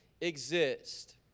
exist